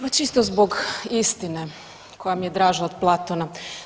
Ma čisto zbog istine koja mi je draža od Platona.